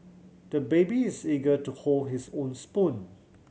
the baby is eager to hold his own spoon